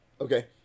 Okay